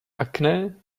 acne